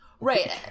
Right